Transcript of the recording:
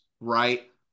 right